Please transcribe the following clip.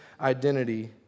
identity